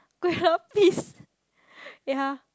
kuih-lapis yeah